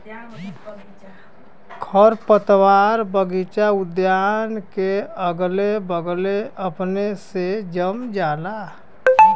खरपतवार बगइचा उद्यान के अगले बगले अपने से जम जाला